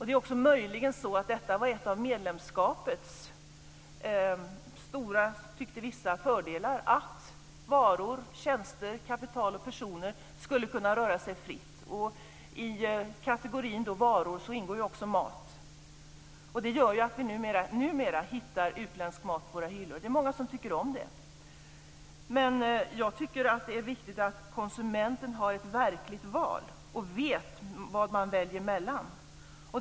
Det är också möjligen så att det var en av medlemskapets, tyckte vissa, stora fördelar att varor, tjänster, kapital och personer skulle kunna röra sig fritt. I kategorin varor ingår också mat. Det gör att vi numera hittar utländsk mat på våra hyllor, och det är många som tycker om det. Jag tycker att det är viktigt att konsumenten har ett verkligt val och vet vad man väljer emellan.